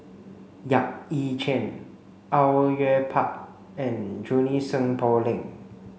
Yap Ee Chian Au Yue Pak and Junie Sng Poh Leng